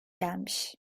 gelmiş